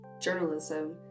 journalism